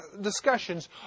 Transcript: discussions